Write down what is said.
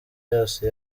yose